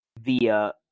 via